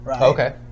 Okay